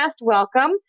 welcome